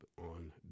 on